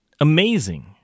amazing